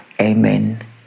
amen